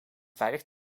veilig